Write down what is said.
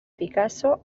picasso